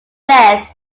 death